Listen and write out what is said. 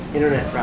Internet